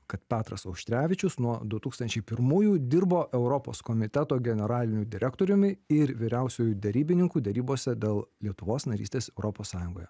kad petras auštrevičius nuo du tūkstančiai pirmųjų dirbo europos komiteto generaliniu direktoriumi ir vyriausiuoju derybininku derybose dėl lietuvos narystės europos sąjungoje